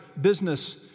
business